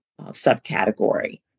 subcategory